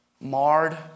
marred